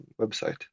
website